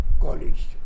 college